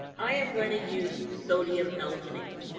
i am going to use sodium alginate.